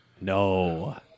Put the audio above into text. no